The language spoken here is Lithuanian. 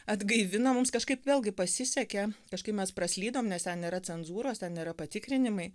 atgaivinom mums kažkaip vėlgi pasisekė kažkaip mes praslydom nes ten yra cenzūros ten yra patikrinimai